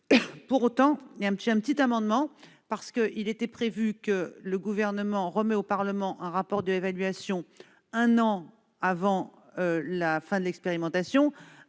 Pour autant, un petit amendement me semble nécessaire. Il était prévu que le Gouvernement remette au Parlement un rapport d'évaluation un an avant la fin de l'expérimentation,